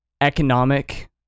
economic